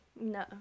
no